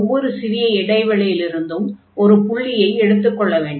ஒவ்வொரு சிறிய இடைவெளியிலிருந்தும் ஒரு புள்ளியை எடுத்துக் கொள்ள வேண்டும்